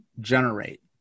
generate